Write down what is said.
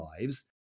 lives